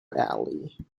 valley